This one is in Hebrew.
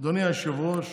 אדוני היושב-ראש,